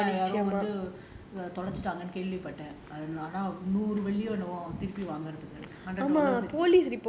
யாரோ வந்து தொலசுடாங்கன்னு கேள்வி பட்டேன் ஆனா ஆகும் வாங்கறதுக்கு:yaro vanthu tholachutaanganu kaelvi pattaen aana agum vangurathukku